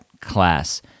class